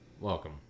Welcome